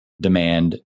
demand